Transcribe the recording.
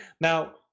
Now